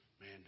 man